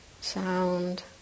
sound